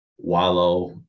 wallow